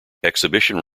exhibition